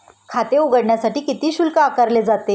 खाते उघडण्यासाठी किती शुल्क आकारले जाते?